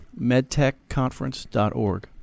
Medtechconference.org